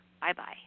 bye-bye